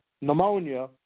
pneumonia